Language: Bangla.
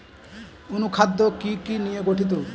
অনুখাদ্য কি কি নিয়ে গঠিত?